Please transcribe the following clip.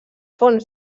fons